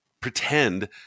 pretend